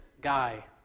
guy